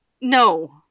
no